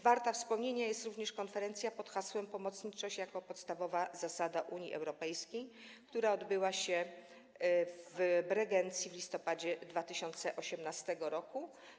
Warta wspomnienia jest również konferencja pod hasłem „Pomocniczość jako podstawowa zasada Unii Europejskiej”, która odbyła się w Bregencji w listopadzie 2018 r.